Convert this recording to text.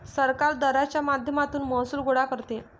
सरकार दराच्या माध्यमातून महसूल गोळा करते